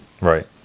Right